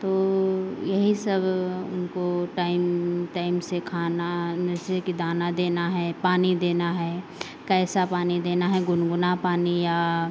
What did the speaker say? तो यही सब उनको टाइम टाइम से खाना अनरसे के दाना देना है पानी देना है कैसा पानी देना है गुनगुना पानी या